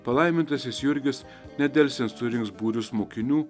palaimintasis jurgis nedelsiant surinks būrius mokinių